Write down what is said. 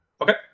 okay